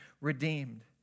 redeemed